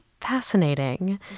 Fascinating